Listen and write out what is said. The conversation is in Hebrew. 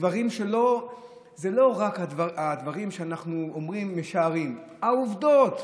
אלה לא רק הדברים שאנחנו אומרים ומשערים, העובדות.